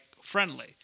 friendly